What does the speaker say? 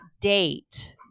date